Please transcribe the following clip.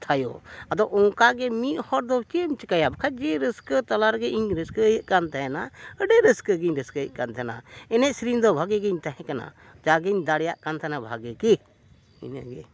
ᱛᱷᱟᱭᱚ ᱟᱫᱚ ᱚᱱᱠᱟ ᱜᱮ ᱢᱤᱫ ᱦᱚᱲ ᱫᱚ ᱪᱮᱫ ᱮᱢ ᱪᱤᱠᱟᱹᱭᱟ ᱵᱟᱠᱷᱟᱱ ᱡᱮ ᱨᱟᱹᱥᱠᱟᱹ ᱛᱟᱞᱟ ᱨᱮᱜᱮ ᱤᱧ ᱨᱟᱹᱥᱠᱟᱹ ᱠᱟᱱ ᱛᱟᱦᱮᱱᱟ ᱟᱹᱰᱤ ᱨᱟᱹᱥᱠᱟᱹ ᱜᱤᱧ ᱨᱟᱹᱥᱠᱟᱹᱭᱮᱫ ᱠᱟᱱ ᱛᱟᱦᱮᱱᱟ ᱮᱱᱮᱡ ᱥᱮᱨᱮᱧ ᱫᱚ ᱵᱷᱟᱜᱤ ᱜᱤᱧ ᱛᱟᱦᱮᱸ ᱠᱟᱱᱟ ᱡᱟᱜᱤᱧ ᱫᱟᱲᱮᱭᱟᱜ ᱠᱟᱱ ᱛᱟᱦᱮᱱᱟ ᱵᱷᱟᱜᱤ ᱜᱮ ᱤᱱᱟᱹᱜᱮ ᱡᱚᱦᱟᱨ